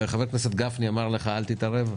חבר הכנסת גפני אמר לך: אל תתערב.